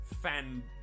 fan